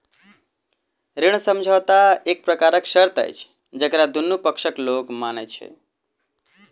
ऋण समझौता एक प्रकारक शर्त अछि जकरा दुनू पक्षक लोक मानैत छै